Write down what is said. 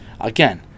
Again